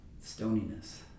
stoniness